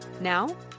Now